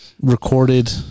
recorded